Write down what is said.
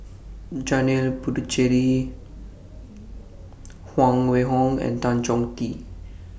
Janil Puthucheary Huang Wenhong and Tan Chong Tee